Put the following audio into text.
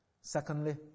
Secondly